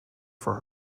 for